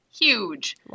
Huge